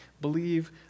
Believe